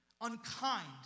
unkind